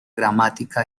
gramática